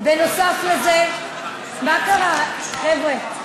נוסף על זה, מה קרה, חבר'ה?